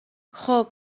خوب